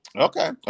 okay